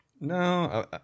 No